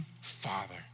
father